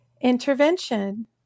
Intervention